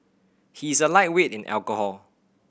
he is a lightweight in alcohol